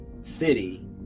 City